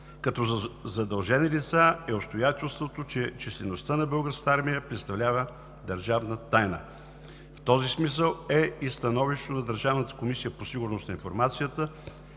като задължени лица е обстоятелството, че числеността на Българската армия представлява държавна тайна. В този смисъл е и становището на Държавната комисия по сигурност на информацията,